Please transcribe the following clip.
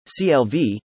CLV